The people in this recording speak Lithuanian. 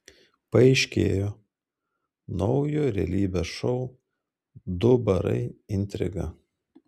paaiškėjo naujo realybės šou du barai intriga